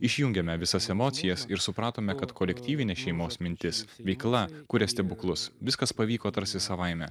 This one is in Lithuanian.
išjungėme visas emocijas ir supratome kad kolektyvinė šeimos mintis veikla kuria stebuklus viskas pavyko tarsi savaime